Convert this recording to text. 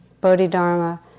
Bodhidharma